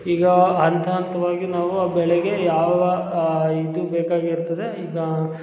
ಈಗ ಹಂತ ಹಂತವಾಗಿ ನಾವು ಆ ಬೆಳೆಗೆ ಯಾವ ಇದು ಬೇಕಾಗಿರ್ತದೆ ಈಗ